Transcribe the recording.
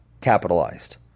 capitalized